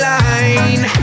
line